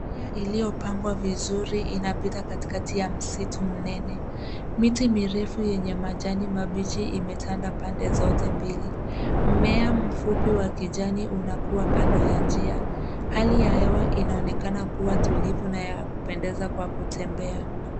Njia iliyopangwa viruri inapita katikati ya msitu mnene. Miti mirefu yenye majani mabichi imetanda pande zote mbili. Mmea mfupi wa kijani unakua kando ya njia. Hali ya hewa inaonekana kuwa tulivu na ya kupendeza kwa kutembea